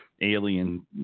alien